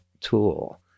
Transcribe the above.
tool